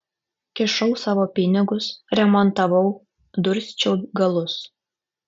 kišau savo pinigus remontavau dursčiau galus